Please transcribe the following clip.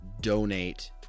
donate